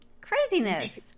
Craziness